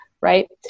Right